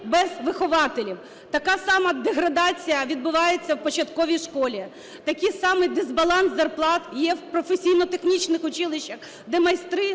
без вихователів? Така сама деградація відбувається в початковій школі. Такий самий дисбаланс зарплат є в професійно-технічних училищах, де майстри